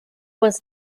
was